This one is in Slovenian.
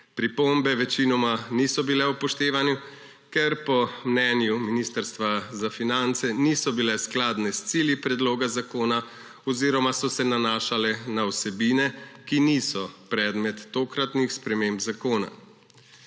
Pripombe večinoma niso bile upoštevane, ker po mnenju Ministrstva za finance niso bile skladne s cilji predloga zakona oziroma so se nanašale na vsebine, ki niso predmet tokratnih sprememb zakona.